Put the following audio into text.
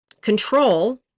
control